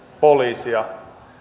poliisia